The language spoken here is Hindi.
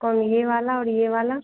और यह वाला और यह वाला